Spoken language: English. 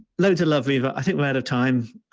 loads of love riva. i think we're out of time.